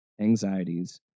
anxieties